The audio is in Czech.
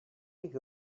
bych